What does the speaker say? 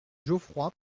geoffroy